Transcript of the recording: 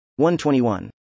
121